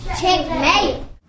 Checkmate